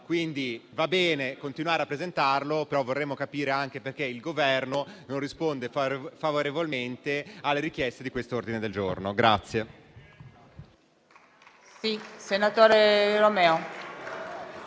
Quindi, va bene continuare a presentarlo, ma vorremmo capire anche perché il Governo non risponde favorevolmente alle richieste di questo ordine del giorno.